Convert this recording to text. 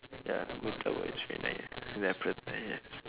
ya murtabak is very nice ya prata yes